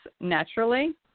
naturally